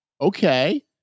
Okay